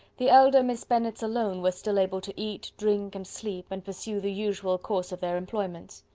the elder miss bennets alone were still able to eat, drink, and sleep, and pursue the usual course of their employments.